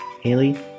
Haley